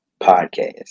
podcast